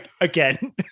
again